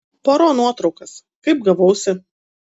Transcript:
paro nuotraukas kaip gavausi